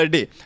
Day